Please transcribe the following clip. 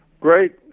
Great